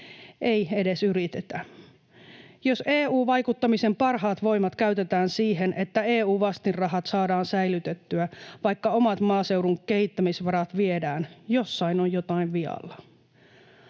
ei edes yritetä. Jos EU-vaikuttamisen parhaat voimat käytetään siihen, että EU-vastinrahat saadaan säilytettyä, vaikka omat maaseudun kehittämisvarat viedään, jossain on jotain vialla.